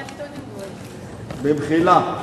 במחילה.